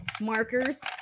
markers